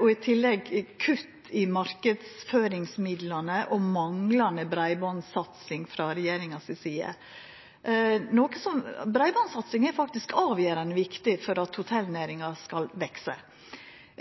og i tillegg kutt i marknadsføringsmidlane og manglande breibandssatsing frå regjeringa si side. Breibandssatsing er faktisk avgjerande viktig for at hotellnæringa skal veksa.